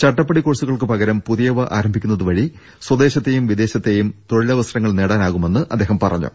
ചട്ടപ്പടി കോഴ്സുകൾക്കു പകരം പുതിയവ ആരംഭിക്കുന്നതു വഴി സ്വദേശത്തെയും വിദേശ ത്തെയും തൊഴിലവസരങ്ങൾ നേടാനാവുമെന്ന് അദ്ദേഹം പറ ഞ്ഞു